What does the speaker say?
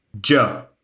Joe